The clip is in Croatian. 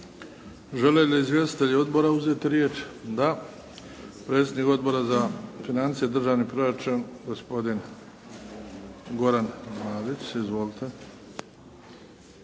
Žele li izvjestitelji odbora uzeti riječ? Da. Predsjednik Odbora za financije i državni proračun, gospodin Goran Marić. Izvolite.